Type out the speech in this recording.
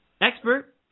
expert